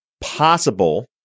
possible